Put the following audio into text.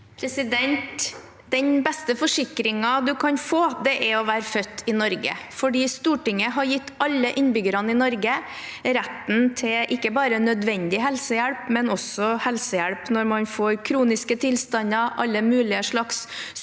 Den beste for- sikringen man kan få, er å være født i Norge. Stortinget har gitt alle innbyggerne i Norge retten til ikke bare nødvendig helsehjelp, men også helsehjelp når man får kroniske tilstander, alle mulige slags